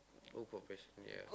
work for passion ya